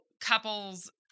Couples